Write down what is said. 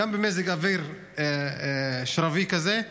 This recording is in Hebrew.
גם במזג אוויר שרבי כזה,